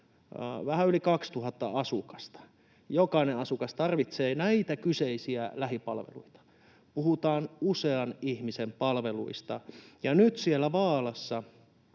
vähän yli 2 000 asukasta. Jokainen asukas tarvitsee näitä kyseisiä lähipalveluita. Puhutaan usean ihmisen palveluista. Ja nyt siellä Vaalassa